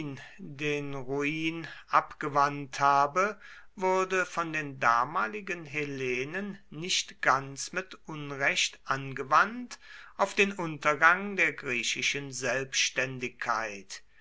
den ruin abgewandt habe wurde von den damaligen hellenen nicht ganz mit unrecht angewandt auf den untergang der griechischen selbständigkeit